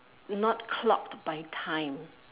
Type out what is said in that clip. not clocked by time